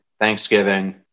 Thanksgiving